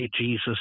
Jesus